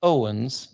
Owens